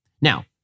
Now